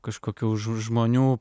kažkokių žmonių